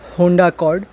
Honda cord